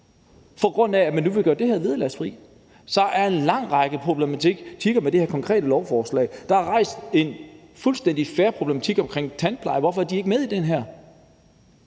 på grund af at man nu vil gøre det her vederlagsfrit? Så der er en lang række problematikker i forbindelse med det her konkrete lovforslag. Der er rejst et fuldstændig fair spørgsmål omkring problematikken med tandplejere – hvorfor er de ikke med i det her?